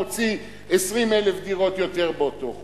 מוציא 20,000 דירות יותר באותו חודש.